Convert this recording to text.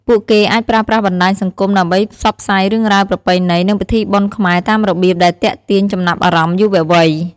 ពួកគេអាចប្រើប្រាស់បណ្ដាញសង្គមដើម្បីផ្សព្វផ្សាយរឿងរ៉ាវ ប្រពៃណី និងពិធីបុណ្យខ្មែរតាមរបៀបដែលទាក់ទាញចំណាប់អារម្មណ៍យុវវ័យ។